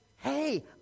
hey